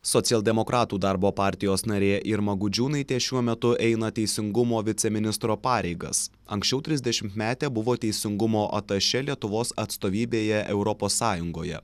socialdemokratų darbo partijos narė irma gudžiūnaitė šiuo metu eina teisingumo viceministro pareigas anksčiau trisdešimtmetė buvo teisingumo atašė lietuvos atstovybėje europos sąjungoje